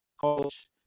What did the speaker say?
coach